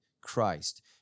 Christ